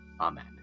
Amen